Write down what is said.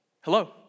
Hello